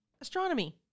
Astronomy